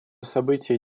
событие